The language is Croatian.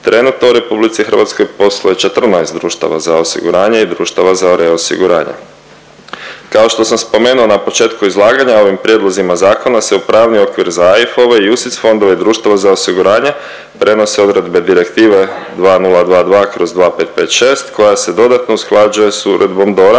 trenutno u RH posluje 14 društava za osiguranje i društava za reosiguranje. Kao što sam spomenuo na početku izlaganja ovim prijedlozima zakona se u pravni okvir za AIF-ove i UCITS fondove društva za osiguranje prenose odredbe Direktive 2022/2556 koja se dodatno usklađuje s Uredbom DORA,